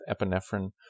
epinephrine